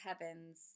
heavens